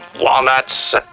walnuts